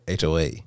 HOA